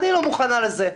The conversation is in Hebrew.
אני לא מוכנה לזה,